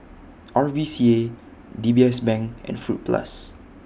R V C A D B S Bank and Fruit Plus